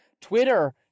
Twitter